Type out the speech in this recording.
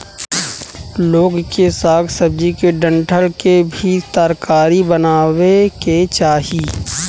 लोग के साग सब्जी के डंठल के भी तरकारी बनावे के चाही